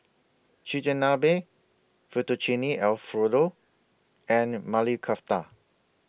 Chigenabe Fettuccine Alfredo and Mali Kofta